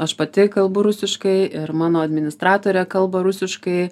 aš pati kalbu rusiškai ir mano administratorė kalba rusiškai